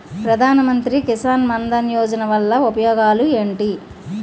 ప్రధాన మంత్రి కిసాన్ మన్ ధన్ యోజన వల్ల ఉపయోగాలు ఏంటి?